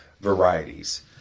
varieties